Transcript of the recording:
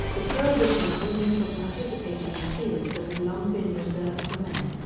the prohibition of women from participating in fields that have long been reserved for men.